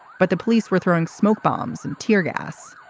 but the police were throwing smoke bombs and tear gas.